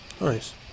Nice